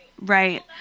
Right